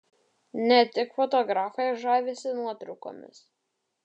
ne tik fotografai žavisi nuotraukomis